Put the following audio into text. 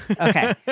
okay